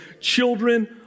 children